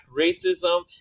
racism